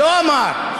לא אמר.